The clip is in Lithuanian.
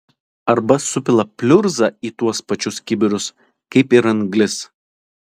arba supila pliurzą į tuos pačius kibirus kaip ir anglis